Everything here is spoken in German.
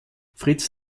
fritz